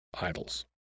idols